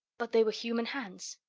but they were human hands.